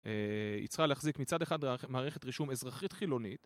יצרה להחזיק מצד אחד מערכת רישום אזרחית חילונית